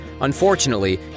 Unfortunately